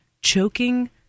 choking